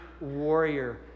warrior